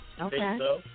Okay